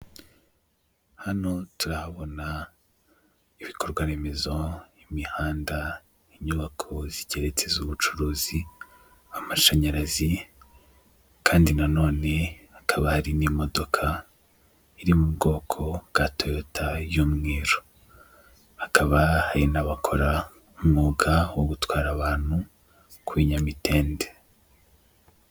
Hano turahabona ibikorwaremezo, imihanda, inyubako zigeretse z'ubucuruzi, amashanyarazi, kandi nanone hakaba hari n'imodoka iri mu bwoko bwa toyota y'umweru, hakaba hari n'abakora umwuga wo gutwara abantu ku binyamitende.